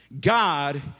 God